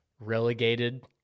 relegated